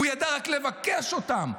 הוא ידע רק לבקש אותם,